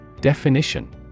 Definition